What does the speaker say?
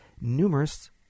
numerous